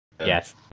Yes